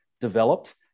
developed